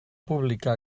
pública